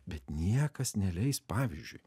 bet niekas neleis pavyzdžiui